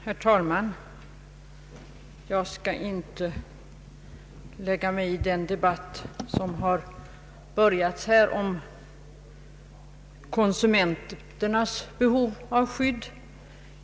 Herr talman! Jag skall inte lägga mig i den debatt som har påbörjats här om konsumenternas behov av skydd.